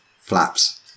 flaps